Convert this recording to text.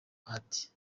bahati